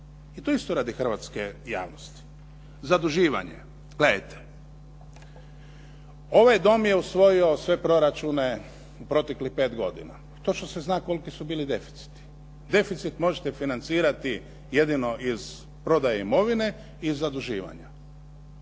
I to isto radi hrvatske javnosti. Zaduživanje. Gledajte, ovaj dom je usvojio sve proračune u proteklih pet godina. Točno se zna koliki su bili deficiti. Deficit možete financirati jedino iz prodaje imovine i iz zaduživanja.